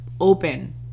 open